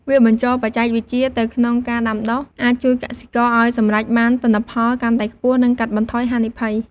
ការបញ្ចូលបច្ចេកវិទ្យាទៅក្នុងការដាំដុះអាចជួយកសិករឱ្យសម្រេចបានទិន្នផលកាន់តែខ្ពស់ និងកាត់បន្ថយហានិភ័យ។